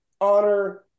honor